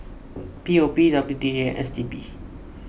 P O P W D A S T B